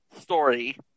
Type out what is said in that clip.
story